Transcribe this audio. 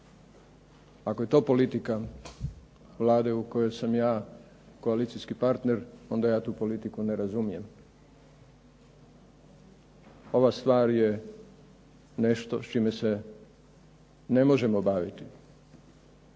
Ako je to politika Vlade u kojoj sam ja koalicijski partner, onda ja tu politiku ne razumijem. Ova stvar je nešto s čime se ne možemo baviti